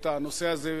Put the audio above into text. את הנושא הזה,